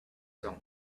sound